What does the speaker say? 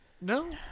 No